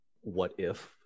what-if